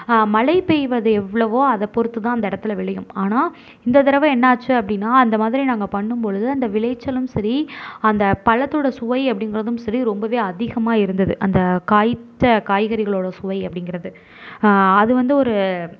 மழை பெய்வது எவ்வளவோ அதை பொறுத்து தான் அந்த இடத்துல விளையும் ஆனால் இந்த தரவ என்னாச்சு அப்படின்னா அந்த மாதிரி நாங்கள் பண்ணும்பொழுது அந்த விளைச்சலும் சரி அந்த பழத்துடை சுவை அப்படிங்கிறதும் சரி ரொம்பவே அதிகமாக இருந்தது அந்த காயித்தை காய்கறிகளோட சுவை அப்படிங்கறது அது வந்து ஒரு